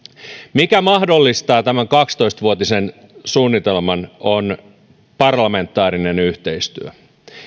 mikä mahdollistaa tämän kaksitoista vuotisen suunnitelman on parlamentaarinen yhteistyö